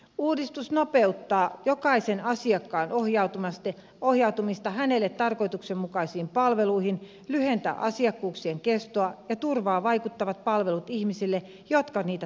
uudistus nopeuttaa jokaisen asiakkaan ohjautumista hänelle tarkoituksenmukaisiin palveluihin lyhentää asiakkuuksien kestoa ja turvaa vaikuttavat palvelut ihmisille jotka niitä tarvitsevat